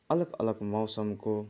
अलग अलग मौसमको